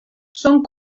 són